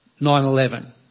9-11